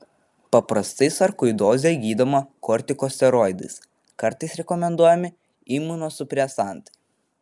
paprastai sarkoidozė gydoma kortikosteroidais kartais rekomenduojami imunosupresantai